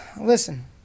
listen